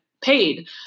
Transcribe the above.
paid